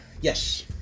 Yes